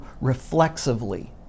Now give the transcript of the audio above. reflexively